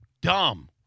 Dumb